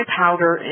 powder